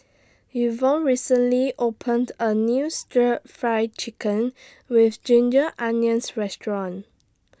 Ivonne recently opened A New Stir Fry Chicken with Ginger Onions Restaurant